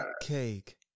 cake